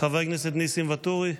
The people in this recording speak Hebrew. חבר הכנסת ניסים ואטורי,